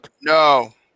no